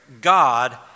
God